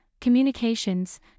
communications